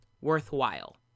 worthwhile